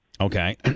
Okay